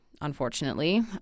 unfortunately